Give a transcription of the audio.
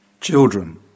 Children